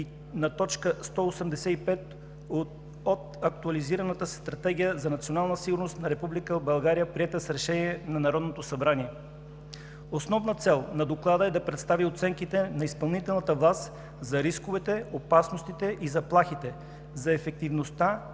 на т. 185 от актуализираната Стратегия за национална сигурност на Република България, приета с Решение на Народното събрание. Основна цел на Доклада е да представи оценките на изпълнителната власт за рисковете, опасностите и заплахите, за ефективността